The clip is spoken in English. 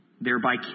Thereby